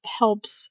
helps